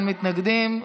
מתנגדים.